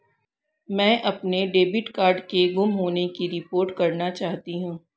मैं अपने debit card के गुम होने की रिपोर्ट करना चाहती हूँ